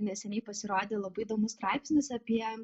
neseniai pasirodė labai įdomus straipsnis apie